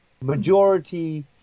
majority